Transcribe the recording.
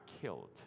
killed